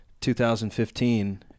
2015